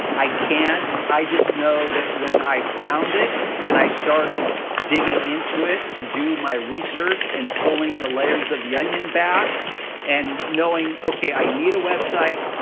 i can't, i just know that when i found it and i started digging into it to do my research and pulling the layers of the onion back and knowing, okay, i need a website,